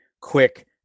quick